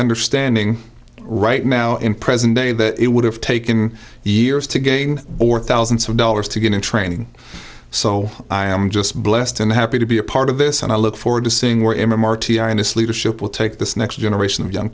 understanding right now in present day that it would have taken years to gain or thousands of dollars to get in training so i am just blessed and happy to be a part of this and i look forward to seeing where him and marty and his leadership will take this next generation of young